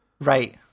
Right